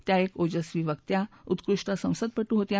त्या एक ओजस्वी वक्त्या उत्कृष्ट संसदपटू होत्या